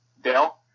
Dale